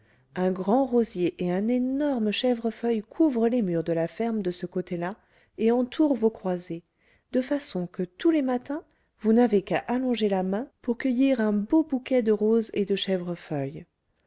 un grand rosier et un énorme chèvrefeuille couvrent les murs de la ferme de ce côté-là et entourent vos croisées de façon que tous les matins vous n'avez qu'à allonger la main pour cueillir un beau bouquet de roses et de chèvrefeuille